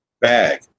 bag